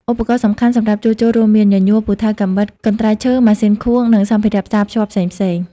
ឧបករណ៍សំខាន់សម្រាប់ជួសជុលរួមមាន ញញួរ ពូថៅ កាំបិត កន្ត្រៃឈើ ម៉ាស៊ីនខួង និងសម្ភារៈផ្សាភ្ជាប់ផ្សេងៗ។